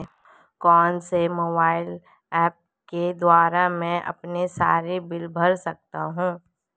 कौनसे mobile apps के द्वारा मैं अपने सारे बिल भर सकता हूं?